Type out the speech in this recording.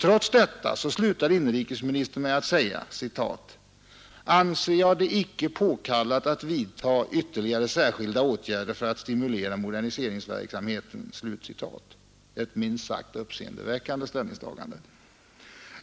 Trots detta slutar inrikesministern med att säga att han anser ”det inte påkallat att vidta ytterligare särskilda åtgärder för att stimulera moderniseringsverksamheten”, ett minst sagt uppseendeväckande ställningstagande.